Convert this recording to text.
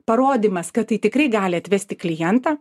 parodymas kad tai tikrai gali atvesti klientą